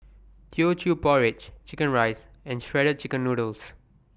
Teochew Porridge Chicken Rice and Shredded Chicken Noodles